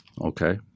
Okay